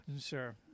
Sure